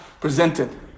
presented